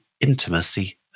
intimacy